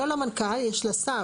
לא למנכ"ל, יש לשר.